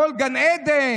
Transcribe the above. הכול גן עדן,